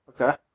Okay